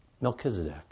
Melchizedek